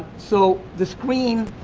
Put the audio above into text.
so the screen